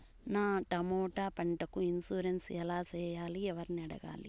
నా టమోటా పంటకు ఇన్సూరెన్సు ఎలా చెయ్యాలి? ఎవర్ని అడగాలి?